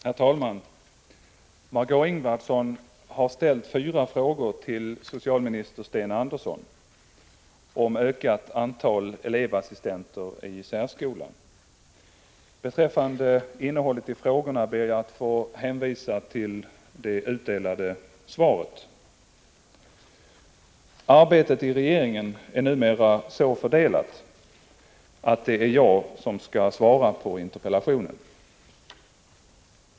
Herr talman! Beträffande innehållet i frågorna ber jag att få hänvisa till det utdelade svaret. Arbetet inom regeringen är numera så fördelat att det är jag som skall svara på interpellationen.